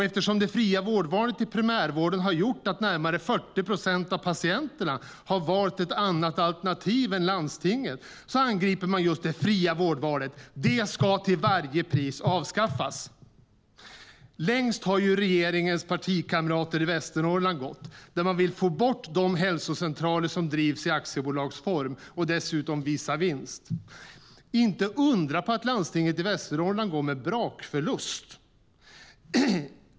Eftersom det fria vårdvalet i primärvården har gjort att närmare 40 procent av patienterna har valt ett annat alternativ än landstinget, angriper man just det fria vårdvalet. Det ska till varje pris avskaffas. Längst har regeringens partikamrater i Västernorrland gått. Där vill man få bort de hälsocentraler som drivs i aktiebolagsform och dessutom visar vinst. Inte undra på att landstinget i Västernorrland går med brakförlust.